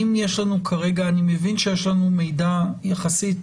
אני מבין שיש לנו מידע יחסית